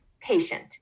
patient